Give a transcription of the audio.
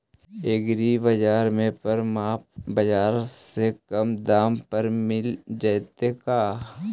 एग्रीबाजार में परमप बाजार से कम दाम पर मिल जैतै का?